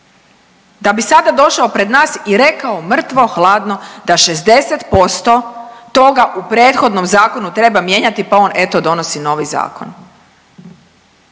Da bi sada došao pred nas i rekao mrtvo hladno da 60% toga u prethodnom zakonu treba mijenjati, pa on eto donosi novi zakon.